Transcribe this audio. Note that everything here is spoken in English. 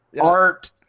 art